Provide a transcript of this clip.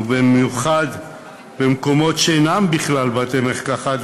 ובמיוחד במקומות שאינם בכלל בתי-מרקחת,